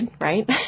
right